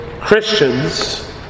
Christians